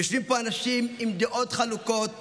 יושבים פה אנשים עם דעות חלוקות